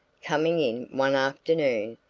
coming in one afternoon,